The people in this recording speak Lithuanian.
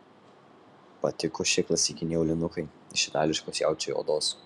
patiko šie klasikiniai aulinukai iš itališkos jaučio odos